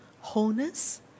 wholeness